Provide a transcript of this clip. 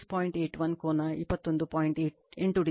81 ಕೋನ 21